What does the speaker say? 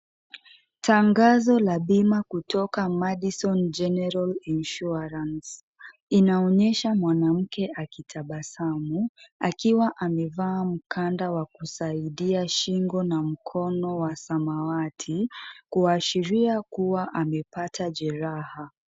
Tangazo la bima kutoka madison general insurance inaonesha mwanamke akitabasamu akiwa amevaa mkanda wa kusaidia shingo na mkono wa samawati kuashiria kuwa amepata jeraha.